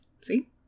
See